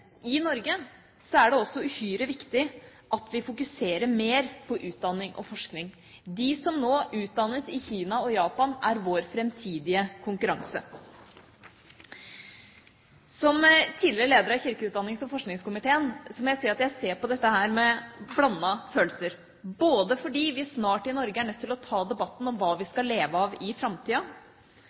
i Norge, er det også uhyre viktig at vi fokuserer mer på utdanning og forskning. De som nå utdannes i Kina og Japan, er vår framtidige konkurranse. Som tidligere leder av kirke-, utdannings- og forskningskomiteen må jeg si at jeg ser på dette med blandede følelser, både fordi vi i Norge snart er nødt til å ta debatten om hva vi skal leve av i framtida,